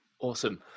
Awesome